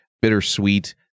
bittersweet